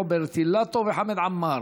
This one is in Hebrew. רוברט אילטוב וחמד עמאר.